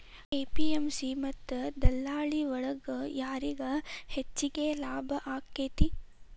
APMC ಮತ್ತ ದಲ್ಲಾಳಿ ಒಳಗ ಯಾರಿಗ್ ಹೆಚ್ಚಿಗೆ ಲಾಭ ಆಕೆತ್ತಿ?